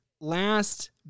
Last